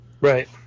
Right